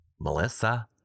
Melissa